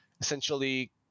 essentially